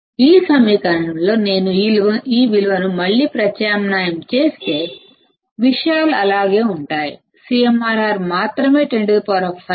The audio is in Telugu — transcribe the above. ఈ సమీకరణంలో నేను ఈ విలువను మళ్ళీ ప్రత్యామ్నాయం చేస్తే విషయాలు అలాగే ఉంటాయి CMRR మాత్రమే 105